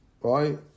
right